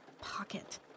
pocket